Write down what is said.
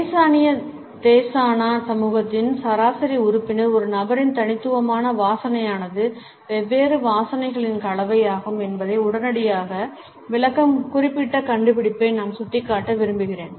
அமேசானிய தேசானா சமூகத்தின் சராசரி உறுப்பினர் ஒரு நபரின் தனித்துவமான வாசனையானது வெவ்வேறு வாசனைகளின் கலவையாகும் என்பதை உடனடியாக விளக்கும் குறிப்பிட்ட கண்டுபிடிப்பை நான் சுட்டிக்காட்ட விரும்புகிறேன்